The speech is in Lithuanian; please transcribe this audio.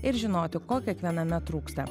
ir žinoti ko kiekviename trūksta